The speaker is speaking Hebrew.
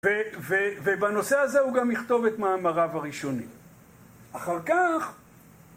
ו. ו. ובנושא הזה הוא גם יכתוב את מאמריו הראשונים, אחר כך...